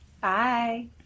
Bye